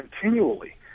continually